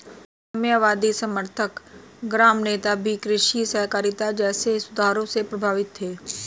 साम्यवादी समर्थक ग्राम नेता भी कृषि सहकारिता जैसे सुधारों से प्रभावित थे